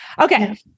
Okay